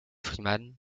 freeman